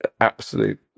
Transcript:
Absolute